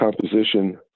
composition